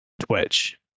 Twitch